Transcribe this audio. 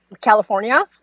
California